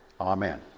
amen